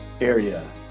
area